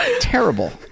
Terrible